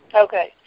Okay